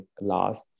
last